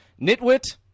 Nitwit